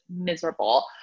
miserable